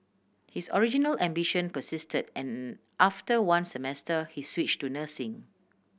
his original ambition persisted and after one semester he switch to nursing